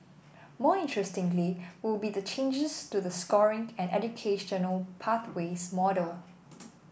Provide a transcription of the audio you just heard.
more interestingly will be the changes to the scoring and educational pathways model